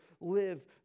live